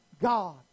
God